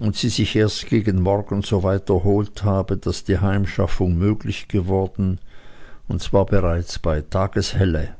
und sie sich erst gegen morgen soweit erholt habe daß die heimschaffung möglich geworden und zwar bereits bei tageshelle